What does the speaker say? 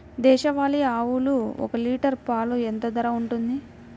దేశవాలి ఆవులు ఒక్క లీటర్ పాలు ఎంత ధర ఉంటుంది?